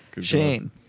Shane